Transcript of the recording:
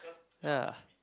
ya